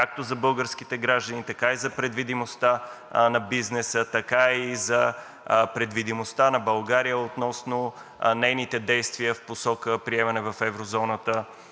както за българските граждани, така и за предвидимостта на бизнеса, така и за предвидимостта на България относно нейните действия в посока приемане в еврозоната